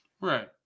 Right